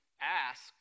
ask